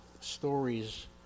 stories